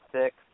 six